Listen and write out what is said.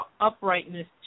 uprightness